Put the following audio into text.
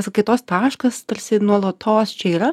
atskaitos taškas tarsi nuolatos čia yra